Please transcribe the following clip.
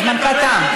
זמנך תם.